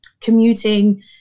commuting